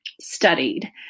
studied